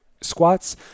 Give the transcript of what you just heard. squats